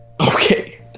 Okay